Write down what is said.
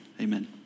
amen